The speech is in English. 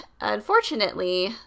unfortunately